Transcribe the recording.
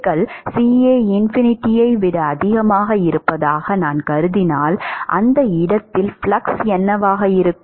CAகள் CA∞ ஐ விட அதிகமாக இருப்பதாக நான் கருதினால் அந்த இடத்தில் ஃப்ளக்ஸ் என்னவாக இருக்கும்